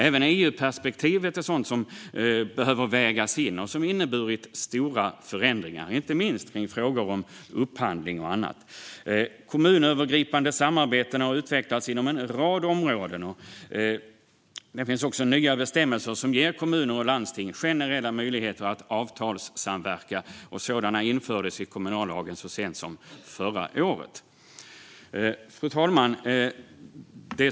Även EU-perspektivet behöver vägas in och har inneburit stora förändringar, inte minst när det gäller frågor om upphandling och annat. Kommunövergripande samarbeten har utvecklats inom en rad områden. Det finns också nya bestämmelser som ger kommuner och landsting generella möjligheter att avtalssamverka. Sådana bestämmelser infördes i kommunallagen så sent som förra året. Fru talman!